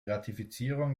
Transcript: ratifizierung